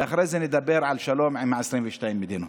ואחרי זה נדבר על שלום עם 22 המדינות.